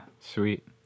Sweet